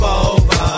over